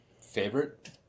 Favorite